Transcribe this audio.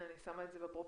אני שמה את זה בפרופורציות,